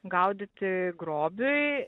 gaudyti grobiui